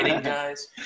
guys